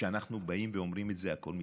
כשאנחנו באים ואומרים את זה, הכול מתנפץ.